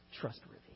trustworthy